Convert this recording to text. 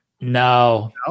no